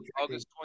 August